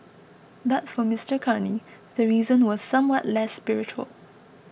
but for Mister Carney the reason was somewhat less spiritual